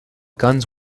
guns